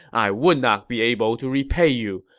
i would not be able to repay you.